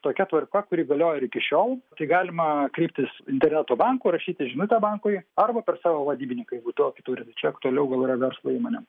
tokia tvarka kuri galioja ir iki šiol tai galima kreiptis interneto banku rašyti žinutę bankui arba per savo vadybininką jeigu tokį turi tai čia aktualiau yra verslo įmonėm